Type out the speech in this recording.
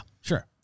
sure